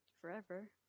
forever